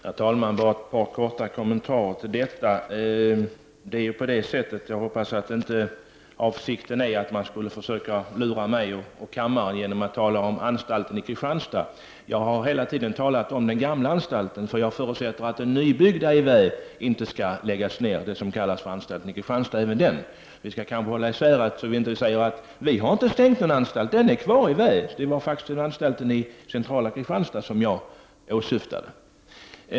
Herr talman! Bara ett par korta kommentarer. Jag hoppas att avsikten inte är att försöka lura mig och kammaren genom att tala om anstalten i Kristianstad. Jag har hela tiden talat om den gamla anstalten, för jag förutsätter att den nybyggda i Vä, som även den kallas anstalten i Kristianstad, inte skall läggas ned. Det är nödvändigt att hålla isär detta, så att ingen sedan skall kunna säga: Vi har inte stängt anstalten i Kristianstad.